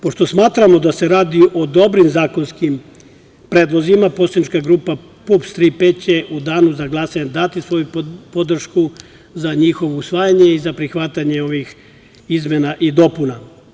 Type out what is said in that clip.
Pošto smatramo da se radi o dobrim zakonskim predlozima, poslanička grupa PUPS-3P će u danu za glasanje dati svoju podršku za njihovo usvajanje i za prihvatanje ovih izmena i dopuna.